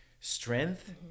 strength